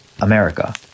america